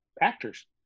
actors